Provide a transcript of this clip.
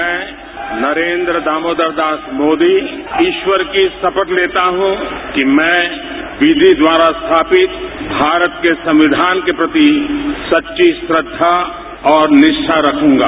मैं नरेन्द्र दामोदार दास मोदी ईश्वकर की शपथ लेता हूं कि मैं विधि द्वारा स्थामपित भारत के संविधान के प्रति सच्चीम श्रद्वा और निचा रखूंगा